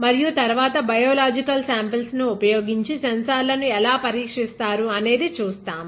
మరియు తరువాత biological samples ను ఉపయోగించి సెన్సార్లను ఎలా పరీక్షిస్తారు అనేది చూస్తాం